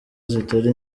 zitari